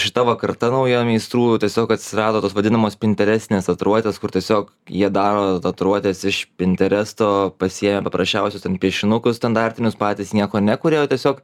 šita va karta nauja meistrų tiesiog atsirado tos vadinamos pinterestinės tatiuruotės kur tiesiog jie daro tatuiruotes iš pinteresto pasie paprasčiausius ten piešinukus standartinius patys nieko nekuria tiesiog